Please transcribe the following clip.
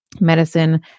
medicine